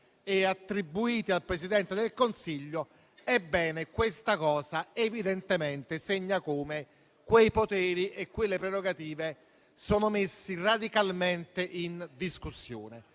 e attribuita al Presidente del Consiglio, ebbene, questa cosa evidentemente segna come quei poteri e quelle prerogative sono messi radicalmente in discussione.